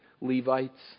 Levites